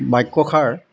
বাক্যষাৰ